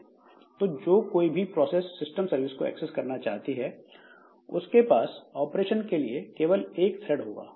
तो जो कोई भी प्रोसेस सिस्टम सर्विस को एक्सेस करना चाहती है उसके पास ऑपरेशन के लिए केवल एक थ्रेड होगा